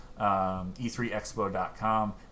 E3Expo.com